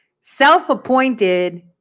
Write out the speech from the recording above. self-appointed